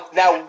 now